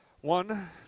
one